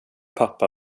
pappa